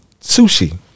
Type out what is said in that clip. sushi